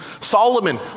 Solomon